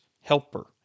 helper